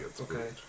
Okay